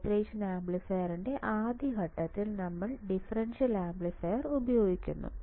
operation ആംപ്ലിഫയറിന്റെ ആദ്യ ഘട്ടത്തിൽ നമ്മൾ ഡിഫറൻഷ്യൽ ആംപ്ലിഫയർ ഉപയോഗിക്കുന്നു